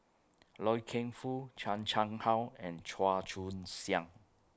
Loy Keng Foo Chan Chang How and Chua Joon Siang